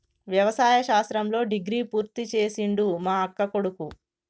వ్యవసాయ శాస్త్రంలో డిగ్రీ పూర్తి చేసిండు మా అక్కకొడుకు